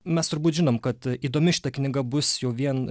mes turbūt žinom kad a įdomi šita knyga bus jau vien